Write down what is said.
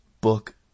book